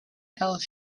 else